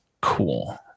Cool